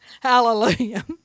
Hallelujah